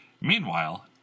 Meanwhile